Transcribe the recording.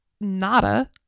nada